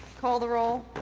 call the roll.